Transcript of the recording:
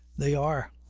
they are.